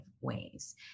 ways